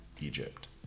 Egypt